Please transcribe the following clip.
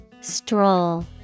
Stroll